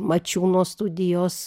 mačiūno studijos